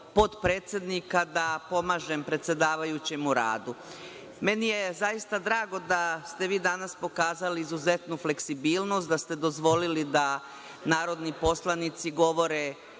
potpredsednika, da pomažem predsedavajućem u radu. Meni je zaista drago da ste vi danas pokazali izuzetnu fleksibilnost, da ste dozvolili da narodni poslanici govore